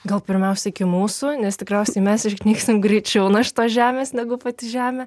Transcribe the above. gal pirmiausia iki mūsų nes tikriausiai mes išnyksim greičiau nuo šitos žemės negu pati žemė